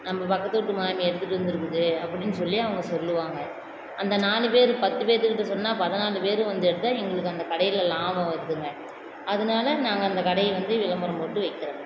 நம்ம பக்கத்து வீட்டு மாமி எடுத்துட்டு வந்திருக்குது அப்படின்னு சொல்லி அவங்க சொல்வாங்க அந்த நாலு பேர் பத்துப்பேர்த்துக்கிட்டே சொன்னால் பதினாலு பேரும் வந்து எடுத்தால் எங்களுக்கு அந்த கடையில் லாபம் வருதுங்க அதனால நாங்கள் அந்த கடையை வந்து விளம்பரம் போட்டு வைக்கிறோம்ங்க